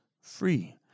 free